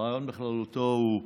הרעיון בכללותו הוא בסדר,